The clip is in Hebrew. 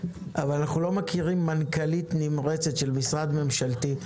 אבל אנו לא מכירים מנכ"לית נמרצת של משרד ממשלתי.